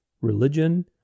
religion